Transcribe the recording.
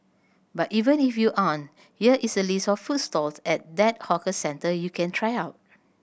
but even if you aren't here is a list of food stalls at that hawker centre you can try out